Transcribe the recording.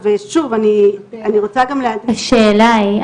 השאלה היא,